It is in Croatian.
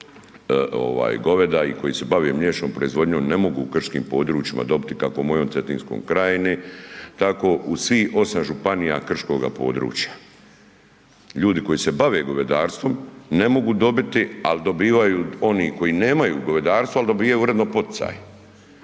i koji se bave mliječnom proizvodnjom ne mogu u krškim područjima kako u mojoj Cetinskoj krajini, tako u svih 8 županija krškoga područja. Ljudi koji se bave govedarstvom ne mogu dobiti ali dobivaju oni koji nemaju govedarstvo ali dobivaju uredno poticaje.